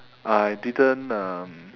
I didn't um